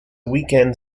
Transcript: weekend